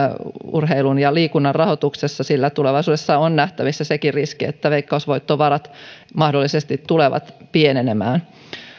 urheilun ja liikunnan rahoituksessa sillä tulevaisuudessa on nähtävissä sekin riski että veikkausvoittovarat mahdollisesti tulevat pienenemään